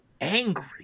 Angry